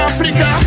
Africa